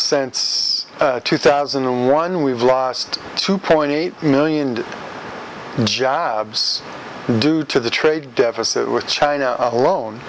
cents two thousand and one we've lost two point eight million jobs due to the trade deficit with china alone